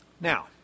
Now